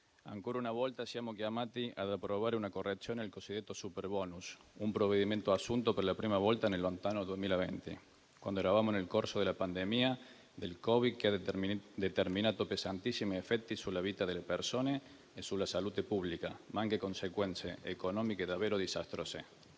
ancora una volta siamo chiamati ad approvare una correzione del cosiddetto superbonus, un provvedimento assunto per la prima volta nel lontano 2020, quando eravamo nel corso della pandemia del Covid, che ha determinato pesantissimi effetti sulla vita delle persone e sulla salute pubblica, ma anche conseguenze economiche davvero disastrose.